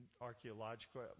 archaeological